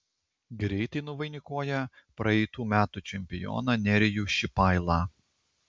greitai nuvainikuoja praeitų metų čempioną nerijų šipailą